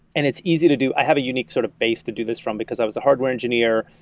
and it's easy to do i have a unique sort of base to do this from, because i was a hardware engineer.